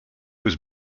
was